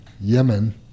Yemen